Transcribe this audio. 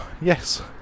yes